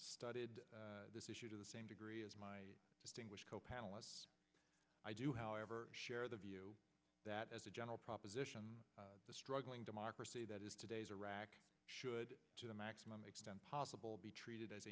studied this issue to the same degree as my distinguished panelists i do however share the view that as a general proposition the struggling democracy that is today's iraq should to the maximum extent possible be treated as